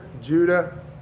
Judah